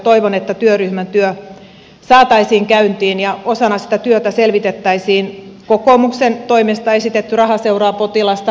toivon että työryhmän työ saataisiin käyntiin ja osana sitä työtä selvitettäisiin kokoomuksen toimesta esitetty raha seuraa potilasta malli